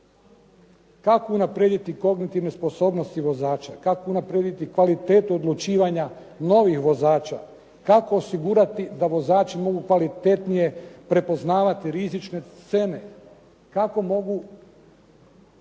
Kako unaprijediti kognitivne sposobnosti vozača, kako unaprijediti kvalitetu odlučivanja novih vozača, kako osigurati da vozači mogu kvalitetnije prepoznavati rizične scene, kako mogu